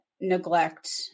neglect